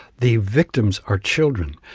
the victims are children.